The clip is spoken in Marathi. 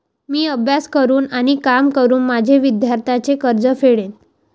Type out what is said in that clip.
मी अभ्यास करून आणि काम करून माझे विद्यार्थ्यांचे कर्ज फेडेन